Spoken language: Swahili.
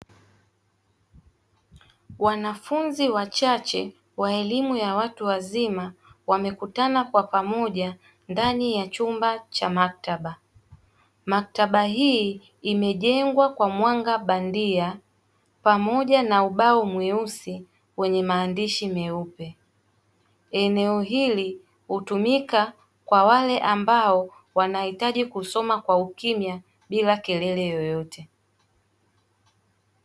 Wanafunzi wachache wa elimu ya watu wazima wamekutana kwa pamoja ndani ya chumba cha maktaba. Maktaba hii imejengwa kwa mwanga bandia pamoja na ubao mweusi wenye maandishi meupe, eneo hili hutumika kwa wale ambao wanahitaji kusoma kwa ukimya bila kelele yoyote.